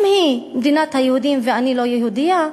אם היא מדינת היהודים ואני לא יהודייה,